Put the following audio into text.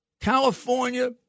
California